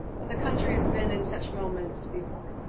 but the country has been in such moments before.